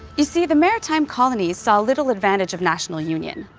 you see, the maritime colonies saw little advantage of national union.